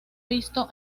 visto